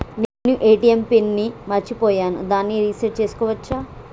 నేను ATM pin ని మరచిపోయాను దాన్ని రీ సెట్ చేసుకోవచ్చా?